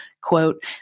quote